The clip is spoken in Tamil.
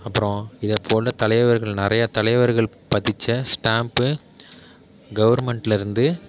அப்புறம் இதை போல் தலைவர்கள் நிறையா தலைவர்கள் பதித்த ஸ்டாம்ப்பு கவர்மெண்ட்லேருந்து